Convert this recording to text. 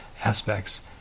aspects